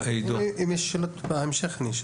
אם בהמשך יהיו לי שאלות, אני אשאל.